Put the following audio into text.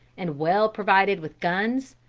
and well provided with guns,